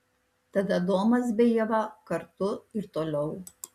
tada adomas bei ieva kartu ir toliau